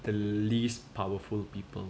the least powerful people